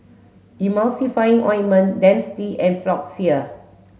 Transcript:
Emulsying Ointment Dentiste and Floxia